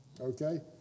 Okay